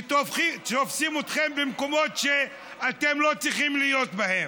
שתופסים אתכם במקומות שאתם לא צריכים להיות בהם,